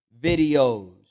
videos